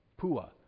Pua